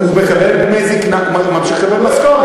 הוא ממשיך לקבל משכורת.